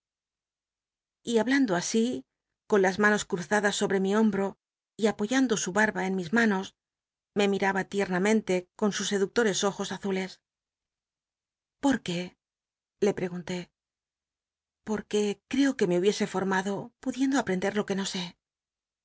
y hablando así con las manos cruzadas sobre mi homba'o y apoyando su barba en mis manos me miaaba liemamente con sus feductoaes ojos azules po a qué le pregunlé porque creo que me hubiese fonnado pudiendo apacnder lo que no sé